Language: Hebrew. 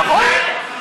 נכון.